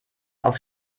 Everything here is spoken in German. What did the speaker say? auf